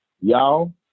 Y'all